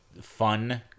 fun